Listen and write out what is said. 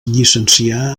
llicencià